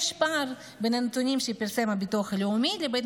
יש פער בין הנתונים שפרסם הביטוח הלאומי לבין